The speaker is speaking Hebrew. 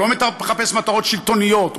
הוא לא מחפש מטרות שלטוניות,